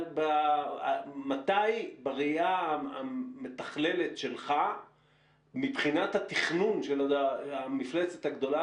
מתי בראיה המתכללת שלך מבחינת התכנון של המפלצת הגדולה